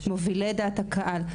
מובילי דעת קהל,